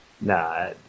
Nah